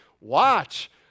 watch